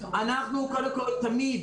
קודם כל, אנחנו תמיד